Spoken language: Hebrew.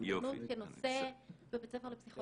אובדנות כנושא בבית ספר לפסיכולוגיה.